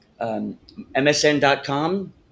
MSN.com